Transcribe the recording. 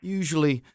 usually